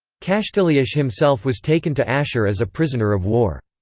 kashtiliash himself was taken to ashur as a prisoner of war.